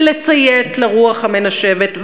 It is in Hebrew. ולצייץ לרוח המנשבת.